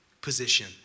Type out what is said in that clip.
position